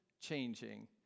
changing